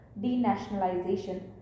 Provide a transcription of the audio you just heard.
denationalization